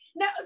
now